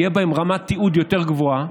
תהיה רמת תיעוד יותר גבוהה,